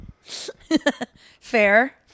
Fair